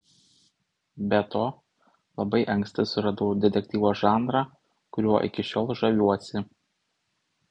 be to labai anksti suradau detektyvo žanrą kuriuo iki šiol žaviuosi